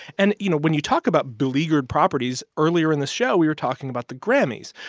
and, you know, when you talk about beleaguered properties earlier in the show, we were talking about the grammys.